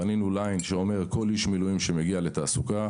בנינו ליין שאומר שכל איש מילואים שמגיע לתעסוקה,